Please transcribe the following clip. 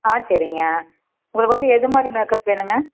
ஆ சரிங்க உங்களுக்கு வந்து எதுமாதிரி மேக்கப் வேணுங்க